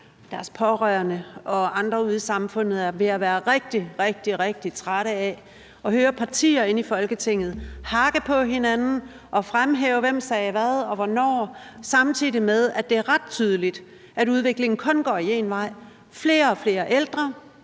deres pårørende og andre ude i samfundet er ved at være rigtig, rigtig trætte af at høre partier inde i Folketinget hakke på hinanden og fremhæve, hvem der sagde hvad og hvornår, samtidig med at det er ret tydeligt, at udviklingen kun går en vej – flere og flere ældre,